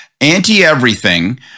anti-everything